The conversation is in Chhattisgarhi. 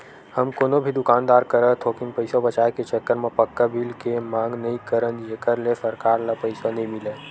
हमन कोनो भी दुकानदार करा थोकिन पइसा बचाए के चक्कर म पक्का बिल के मांग नइ करन जेखर ले सरकार ल पइसा नइ मिलय